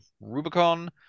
rubicon